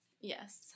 Yes